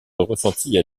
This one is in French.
ressentie